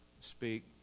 speak